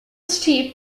steve